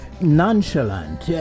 Nonchalant